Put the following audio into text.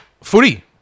footy